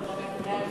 חבר הכנסת